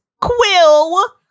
Quill